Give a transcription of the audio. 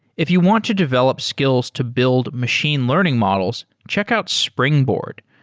if you want to develop skills to build machine learning models, check out springboard.